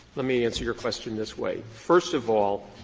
let me answer your question this way first of all,